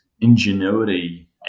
ingenuity